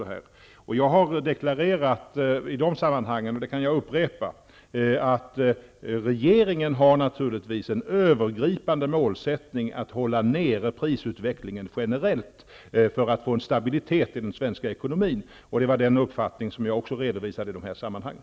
Jag har i de sammanhangen deklarerat -- och det kan jag upprepa -- att regeringen naturligtvis har en övergripande målsättning att hålla nere prisutvecklingen generellt för att få stabilitet i den svenska ekonomin. Den uppfattningen redovisade jag också i de här sammanhangen.